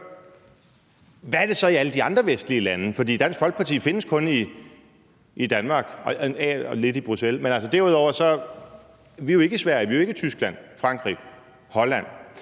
Hvad skyldes det så i alle de andre vestlige lande? For Dansk Folkeparti findes kun i Danmark og lidt i Bruxelles. Vi er jo ikke i Sverige, Tyskland, Frankrig eller Holland.